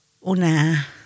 una